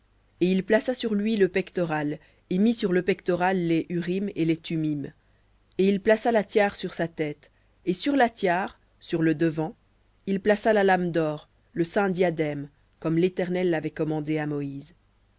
et il plaça sur lui le pectoral et mit sur le pectoral les urim et les thummim et il plaça la tiare sur sa tête et sur la tiare sur le devant il plaça la lame d'or le saint diadème comme l'éternel l'avait commandé à moïse